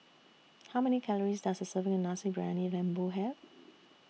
How Many Calories Does A Serving of Nasi Briyani Lembu Have